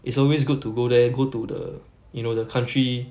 it's always good to go there go to the you know the country